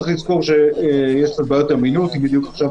צריך לזכור שיש קצת בעיות אמינות, ובדיוק עכשיו